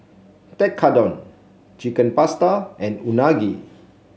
Tekkadon Chicken Pasta and Unagi